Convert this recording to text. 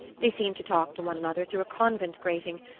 they seemed to talk to one another through a convent-grating,